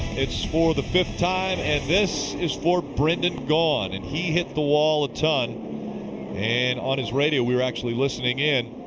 it's for the fifth time and this is for brendan gaughan. and he hit the wall a ton and on his radio we were actually listening in.